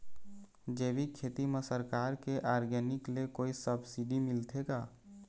जैविक खेती म सरकार के ऑर्गेनिक ले कोई सब्सिडी मिलथे का?